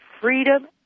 freedom